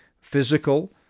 physical